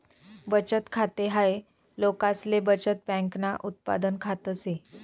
बचत खाते हाय लोकसले बचत बँकन उत्पादन खात से